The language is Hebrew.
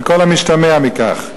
על כל המשתמע מכך.